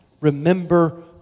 remember